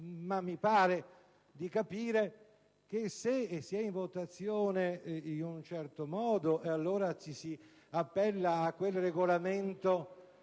pare però di capire che, se si è in votazione in un certo modo, allora ci si appella a quel Regolamento